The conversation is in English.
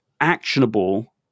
actionable